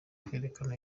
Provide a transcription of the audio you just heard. kwerekana